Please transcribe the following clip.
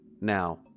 Now